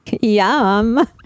Yum